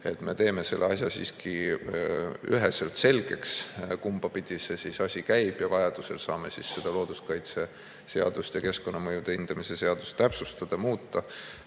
tuleb, teeme selle asja siiski üheselt selgeks, kumbapidi see käib, ja vajaduse korral saame looduskaitseseadust ja keskkonnamõjude hindamise seadust täpsustada, muuta,